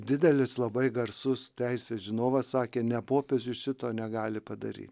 didelis labai garsus teisės žinovas sakė ne popiežius šito negali padary